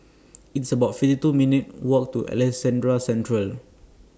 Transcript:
It's about fifty two minutes' Walk to Alexandra Central